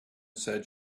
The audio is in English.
said